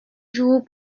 jour